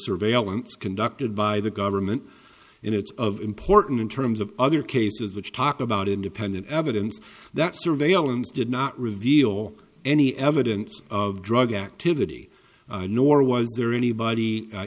surveillance conducted by the government and it's of important in terms of other cases which talk about independent evidence that surveillance did not reveal any evidence of drug activity nor was there anybody